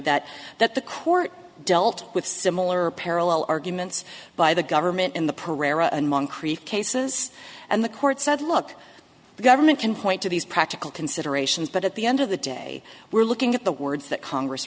that that the court dealt with similar parallel arguments by the government in the perera and moncrief cases and the court said look the government can point to these practical considerations but at the end of the day we're looking at the words that congress